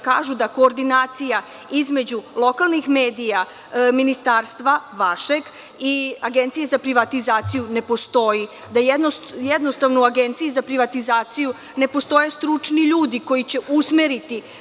Kažu da koordinacija između lokalnih medija, ministarstva, vašeg, i Agencije za privatizaciju ne postoji, da jednostavno u Agenciji za privatizaciju ne postoje stručni ljudi koji će usmeriti.